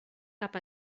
cap